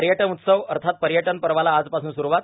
पर्यटन उत्सव अर्थात पर्यटन पर्वाला आजपासून सुरवात